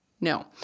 No